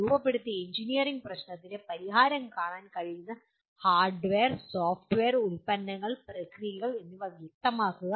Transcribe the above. രൂപപ്പെടുത്തിയ എഞ്ചിനീയറിംഗ് പ്രശ്നത്തിന് പരിഹാരം കാണാൻ കഴിയുന്ന ഹാർഡ്വെയർ സോഫ്റ്റ്വെയർ ഉൽപ്പന്നങ്ങൾ പ്രക്രിയകൾ എന്നിവ വ്യക്തമാക്കുക